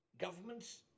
Governments